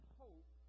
hope